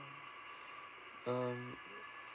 um